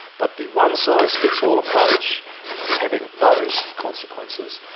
but the one-size-fits-all approach is having those consequences,